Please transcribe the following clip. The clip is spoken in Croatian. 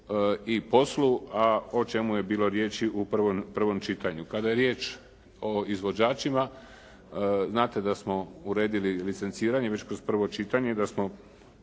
i poslu a o čemu je bilo riječi u prvom čitanju. Kada je riječ o izvođačima znate da smo uredili licenciranje već kroz prvo čitanje i da smo